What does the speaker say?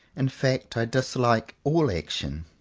in fact i dislike all action,